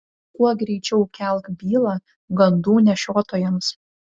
kuo greičiau kelk bylą gandų nešiotojams